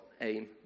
aim